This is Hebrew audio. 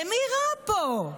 למי רע פה?